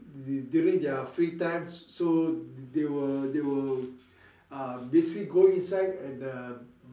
during their free time so they will they will uh basically go inside and uh